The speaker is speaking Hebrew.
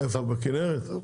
איפה, בכנרת?